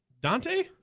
Dante